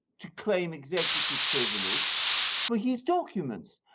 to claim executive privilege for his documents.